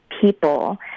people